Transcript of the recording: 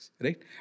right